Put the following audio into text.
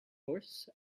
horse